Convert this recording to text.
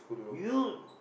you